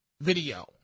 video